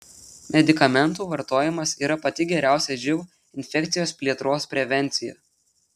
medikamentų vartojimas yra pati geriausia živ infekcijos plėtros prevencija